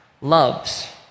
loves